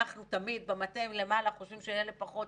אנחנו תמיד במטה מלמעלה חושבים שאלה פחות,